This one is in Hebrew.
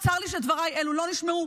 צר לי שדבריי אלו לא נשמעו.